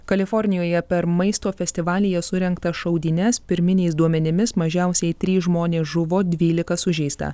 kalifornijoje per maisto festivalyje surengtas šaudynes pirminiais duomenimis mažiausiai trys žmonės žuvo dvylika sužeista